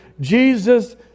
Jesus